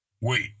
Wait